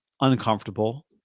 uncomfortable